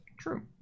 true